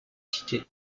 cité